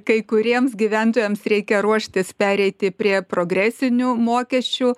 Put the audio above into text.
kai kuriems gyventojams reikia ruoštis pereiti prie progresinių mokesčių